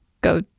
go